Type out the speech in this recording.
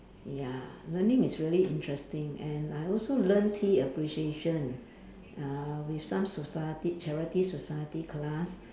ya learning is very interesting and I also learn tea appreciation uh with some society charity society class